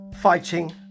fighting